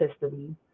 history